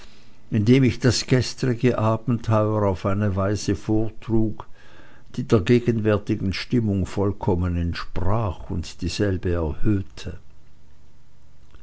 indem ich das gestrige abenteuer auf eine weise vortrug die der gegenwärtigen stimmung vollkommen entsprach und dieselbe erhöhte